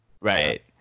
right